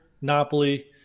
Napoli